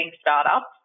startups